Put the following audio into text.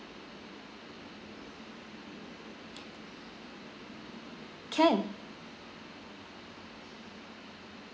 can